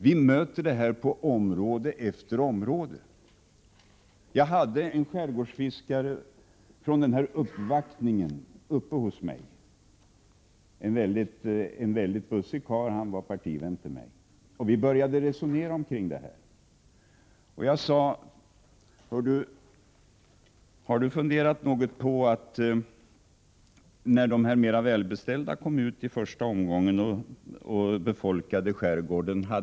Vi möter denna inställning på område efter område. En skärgårdsfiskare från uppvaktningen var uppe hos mig. Det var en väldigt bussig karl och partivän till mig. Vi började resonera om detta. Jag frågade: Har du funderat något på vad det kunde innebära, när de mera välbeställda kom ut i första omgången och befolkade skärgården?